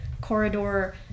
corridor